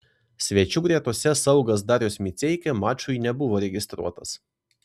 svečių gretose saugas darius miceika mačui nebuvo registruotas